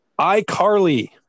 iCarly